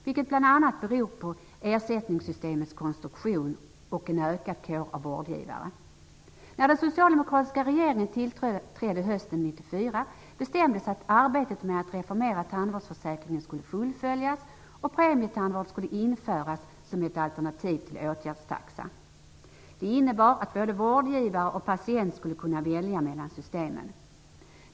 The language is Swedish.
Det beror bl.a. på ersättningssystemets konstruktion och en ökad kår av vårdgivare. När den socialdemokratiska regeringen tillträdde hösten 1994 bestämdes att arbetet med att reformera tandvårdsförsäkringen skulle fullföljas och att premietandvård skulle införas som ett alternativ till åtgärdstaxa. Det innebar att både vårdgivare och patient skulle kunna välja mellan systemen.